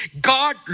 God